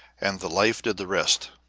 and the life did the rest.